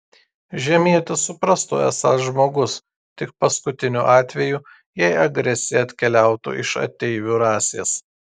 žemietis suprastų esąs žmogus tik paskutiniu atveju jei agresija atkeliautų iš ateivių rasės